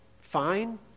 fine